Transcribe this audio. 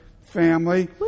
family